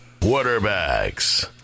Quarterbacks